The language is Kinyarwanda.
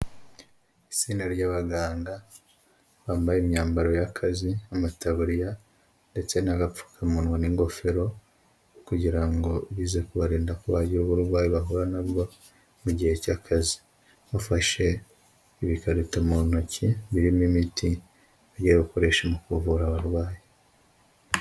Itsinda ry'abaganga bambaye imyambaro y'akazi; amataburiya ndetse n'agapfukamunwa n'ingofero kugira ngo bize kubarinda ko bagira uburwayi bahura nabwo mu gihe cy'akazi, bafashe ibikarito mu ntoki birimo imiti bagiye bakoresha mu kuvura abarwayi.